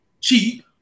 cheap